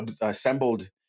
assembled